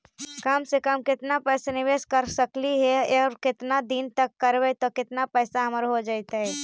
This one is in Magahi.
कम से कम केतना पैसा निबेस कर सकली हे और केतना दिन तक करबै तब केतना पैसा हमर हो जइतै?